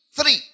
three